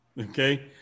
okay